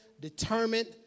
determined